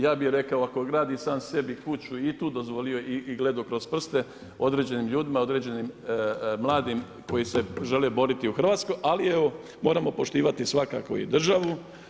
Ja bih rekao, ako gradi sam sebi kuću i tu dozvolio i gledao kroz prste određenim ljudima, određenim mladim koji se žele boriti u RH, ali evo, moramo poštivati svakako i državu.